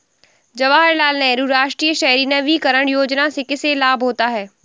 जवाहर लाल नेहरू राष्ट्रीय शहरी नवीकरण योजना से किसे लाभ होता है?